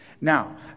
Now